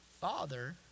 father